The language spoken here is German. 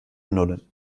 nullen